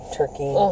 turkey